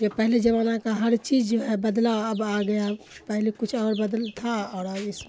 یہ پہلے زمانہ کا ہر چیز جو ہے بدلا اب آ گیا پہلے کچھ اور بدل تھا اور اب اس